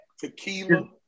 tequila